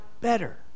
better